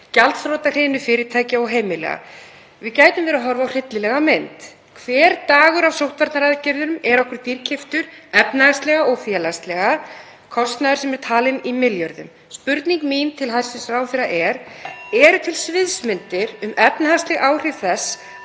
gjaldþrotahrinu fyrirtækja og heimila. Við gætum verið að horfa upp á hryllilega mynd. Hver dagur af sóttvarnaaðgerðunum er okkur dýrkeyptur efnahagslega og félagslega, kostnaður sem er talinn í milljörðum. Spurning mín til hæstv. ráðherra er: (Forseti hringir.) Eru til sviðsmyndir um efnahagsleg áhrif þess